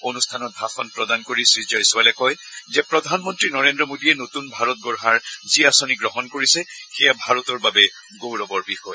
অনুষ্ঠানত ভাষণ প্ৰদান কৰি শ্ৰীজয়ছোৱালে কয় যে প্ৰধানমন্ত্ৰী নৰেন্দ্ৰ মোডীয়ে নতুন ভাৰত গঢ়াৰ যি আঁচনি গ্ৰহণ কৰিছে সেয়া ভাৰতৰ বাবে গৌৰৱৰ বিষয়